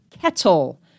kettle